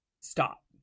Stop